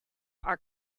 were